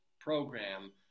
program